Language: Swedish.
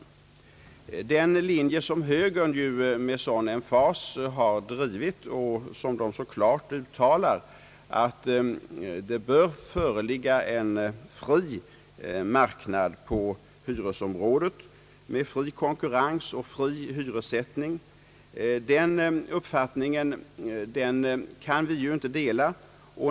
Vi kan inte dela den uppfattning som högern med sådan emfas drivit och så klart uttalat — att det bör föreligga en fri marknad på hyresområdet med fri konkurrens och fri hyressättning.